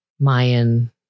Mayan